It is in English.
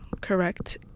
correct